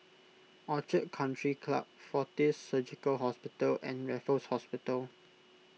Orchid Country Club fortis Surgical Hospital and Raffles Hospital